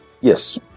Yes